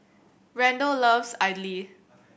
Randall loves idly